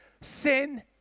sin